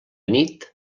nit